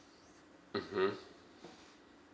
mmhmm